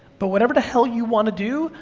but whatever the hell you wanna do,